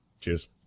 Cheers